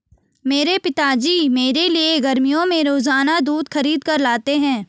मेरे पिताजी मेरे लिए गर्मियों में रोजाना दूध खरीद कर लाते हैं